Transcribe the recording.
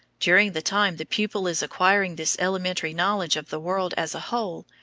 during the time the pupil is acquiring this elementary knowledge of the world as a whole,